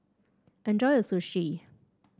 enjoy your Sushi